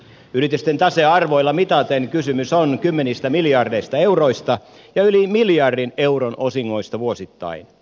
yritysten tasearvoilla mitaten kysymys on kymmenistä miljardeista euroista ja yli miljardin euron osingoista vuosittain